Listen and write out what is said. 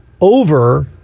over